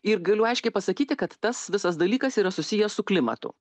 ir galiu aiškiai pasakyti kad tas visas dalykas yra susijęs su klimatu